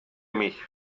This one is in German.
mich